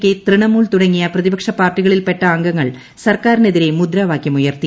K Trinamool തുടങ്ങിയ പ്രതിപക്ഷ പാർട്ടികളിൽ പെട്ട അംഗങ്ങൾ സർക്കാരിനെതിരെ മുദ്രാവാകൃമുയർത്തി